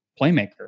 playmaker